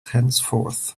henceforth